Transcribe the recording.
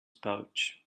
pouch